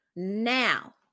Now